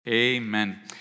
amen